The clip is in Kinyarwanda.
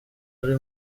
ari